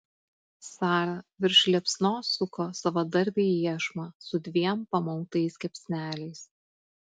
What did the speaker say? sara virš liepsnos suko savadarbį iešmą su dviem pamautais kepsneliais